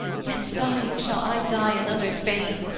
yet, dying, shall i die another's bane!